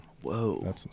Whoa